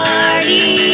Party